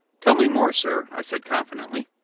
tell me more, sir, i said confidently.